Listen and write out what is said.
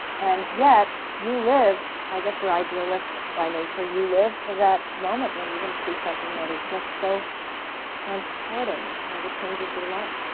and yet, you live i guess we're idealists by nature you live for that moment when you're going to see something that is just so transporting. you know, that changes your life.